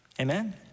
Amen